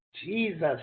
Jesus